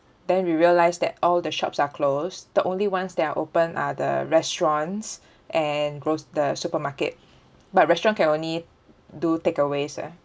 then we realise that all the shops are closed the only ones that are open are the restaurants and groc~ the supermarket but restaurant can only do takeaways ah